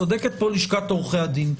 צודקת לשכת עורכי הדין.